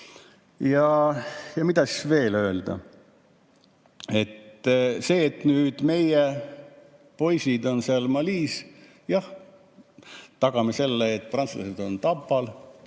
Ja mida veel öelda? Sellega, et nüüd meie poisid on seal Malis, tagame selle, et prantslased on Tapal.